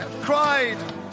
cried